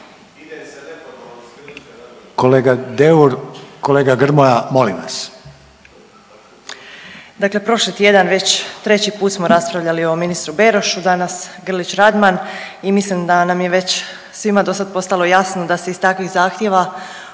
vas. **Opačak Bilić, Marina (Nezavisni)** Dakle prošli tjedan već treći put smo raspravljali o ministru Berošu, danas Grlić Radman i mislim da nam je već svima do sada postalo jasno da se iz takvih zahtjeva